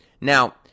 Now